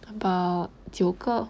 about 九个